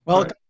Welcome